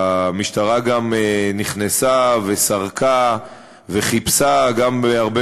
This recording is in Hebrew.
המשטרה נכנסה וסרקה וחיפשה גם בהרבה